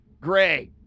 Gray